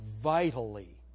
vitally